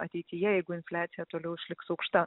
ateityje jeigu infliacija toliau išliks aukšta